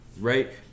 right